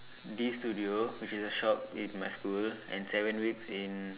this studio which is a shop in my school and seven weeks in